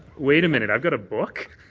wait a minute. i've got a book?